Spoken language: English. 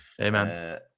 amen